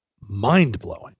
mind-blowing